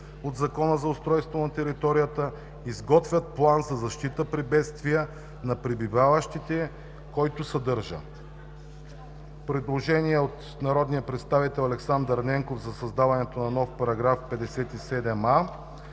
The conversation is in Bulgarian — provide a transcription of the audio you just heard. от Закона за устройство на територията, изготвят план за защита при бедствия на пребиваващите, който съдържа:“ Предложение от народния представител Александър Ненков за създаването на нов § 57а.